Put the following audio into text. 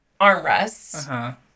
armrests